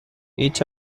each